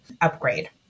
upgrade